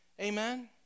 Amen